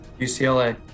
UCLA